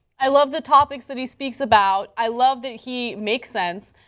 i love the topics that he speaks about, i love that he makes sense.